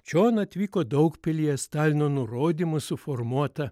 čion atvyko daugpilyje stalino nurodymu suformuota